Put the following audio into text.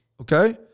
Okay